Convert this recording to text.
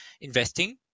investing